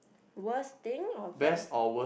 worst thing or best